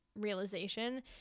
realization